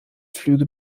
flüge